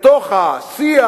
בתוך השיח,